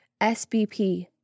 SBP